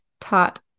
taught